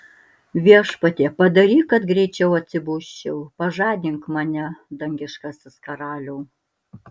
viešpatie padaryk kad greičiau atsibusčiau pažadink mane dangiškasis karaliau